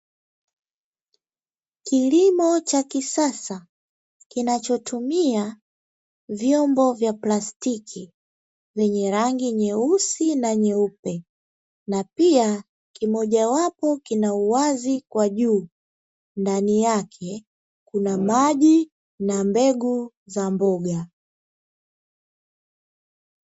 Kilimo cha kisasa kinachotumia vyombo vya plastiki vyenye rangi nyeusi na nyeupe na pia kimoja wapo kinauwazi kwa juu, ndani yake kuna maji na mbegu za mboga.